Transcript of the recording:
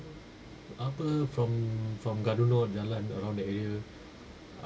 apa from from gare du nord jalan around the area